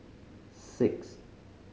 six